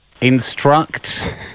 instruct